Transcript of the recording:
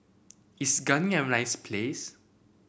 is Ghana a nice place